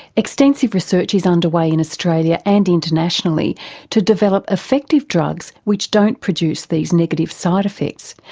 extensive research is underway in australia and internationally to develop effective drugs which don't produce these negative side effects.